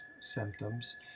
symptoms